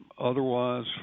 otherwise